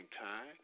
time